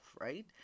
right